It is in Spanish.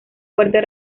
fuerte